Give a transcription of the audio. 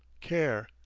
care.